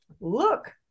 look